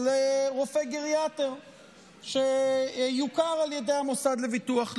לרופא גריאטר שיוכר על ידי המוסד לביטוח לאומי.